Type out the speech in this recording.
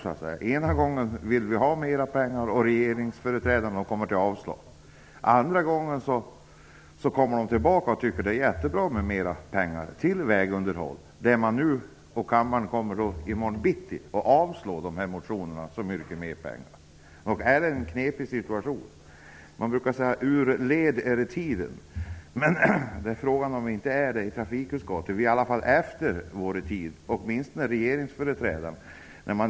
Först vill vi ha mera pengar medan regeringsföreträdarna motsätter sig det. Sedan återkommer de och tycker att det är mycket bra med mera pengar till vägunderhåll. I morgon bitti kommer kammaren att avslå de motioner som yrkar på mera pengar. Det är allt en knepig situation. Man brukar säga: Ur led är tiden. Frågan är om den inte är det i trafikutskottet i alla fall. Vi är åtminstone efter vår tid -- det gäller främst regeringsföreträdarna.